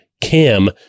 Cam